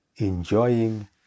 enjoying